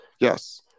Yes